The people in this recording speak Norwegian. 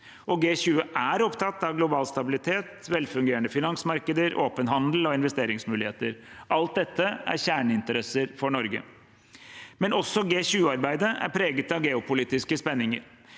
G20 er opptatt av global stabilitet, velfungerende finansmarkeder, åpen handel og investeringsmuligheter. Alt dette er kjerneinteresser for Norge. Også G20-arbeidet er preget av geopolitiske spenninger.